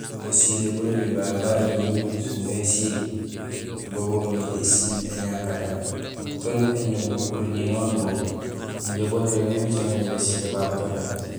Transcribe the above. Basilé bololi babé barégmé busumé ésiil bo boomé ésiil éñankatang soon éñul bucaŋéni noon bo injé bo nirégmé nicaméné do basilé babu pépé.